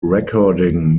recording